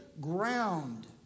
ground